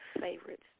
favorites